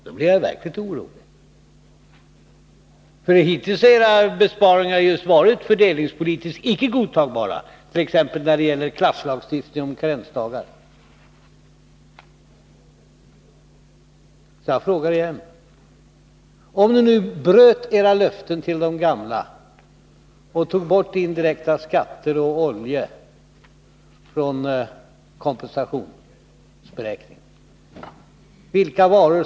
Då blev jag verkligt orolig. Hittills har era besparingar varit fördelningspolitiskt sett icke godtagbara, t.ex. när det gäller klasslagstiftningen om karensdagarna. Jag frågar därför på nytt: Vilka varor skall ni ta härnäst, om ni bryter era löften till de gamla och tar bort indirekta skatter och olja från kompensationsberäkningarna?